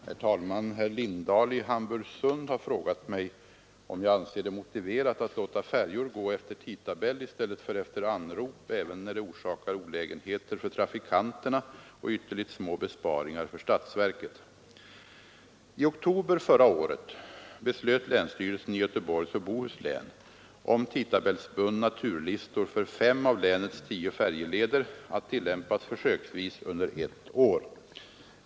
Herr talman! Herr Lindahl i Hamburgsund har frågat mig om jag anser det motiverat att låta färjorna gå efter tidtabell i stället för efter anrop även när det orsakar olägenheter för trafikanterna och ytterligt små besparingar för statsverket. I oktober förra året beslöt länsstyrelsen i Göteborgs och Bohus län om tidtabellsbundna turlistor för fem av länets tio färjeleder att tillämpas försöksvis under ett år.